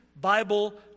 Bible